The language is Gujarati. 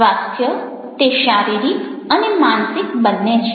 સ્વાસ્થ્ય તે શારીરિક અને માનસિક બંને છે